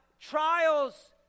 Trials